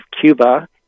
Cuba